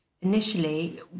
Initially